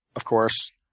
of course,